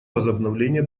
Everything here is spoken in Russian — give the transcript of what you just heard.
возобновления